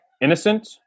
innocent